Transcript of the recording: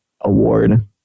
Award